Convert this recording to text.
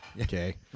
Okay